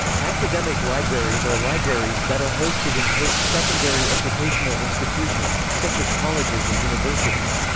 academic libraries are libraries that are hosted in post-secondary educational institutions, such as colleges and universities.